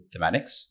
thematics